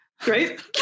great